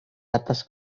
atas